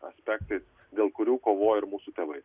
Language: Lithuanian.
aspektais dėl kurių kovojo ir mūsų tėvai